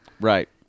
Right